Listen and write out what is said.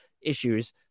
issues